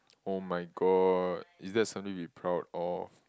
[oh]-my-god is that something to be proud of